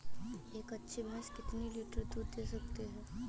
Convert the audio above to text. एक अच्छी भैंस कितनी लीटर दूध दे सकती है?